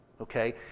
Okay